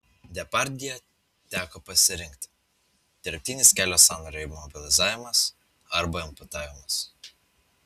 depardjė teko pasirinkti dirbtinis kelio sąnario imobilizavimas arba amputavimas